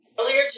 Earlier